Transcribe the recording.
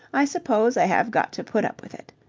i suppose i have got to put up with it.